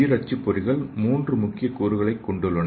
உயிர் அச்சுப்பொறிகள் மூன்று முக்கிய கூறுகளைக் கொண்டுள்ளன